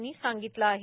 यांनी सांगितले आहे